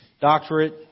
doctorate